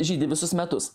žydi visus metus